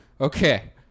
Okay